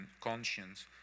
conscience